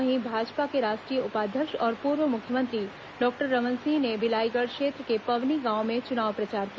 वहीं भाजपा के राष्ट्रीय उपाध्यक्ष और पूर्व मुख्यमंत्री डॉक्टर रमन सिंह ने बिलाईगढ़ क्षेत्र के पवनी गांव में चुनाव प्रचार किया